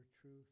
truth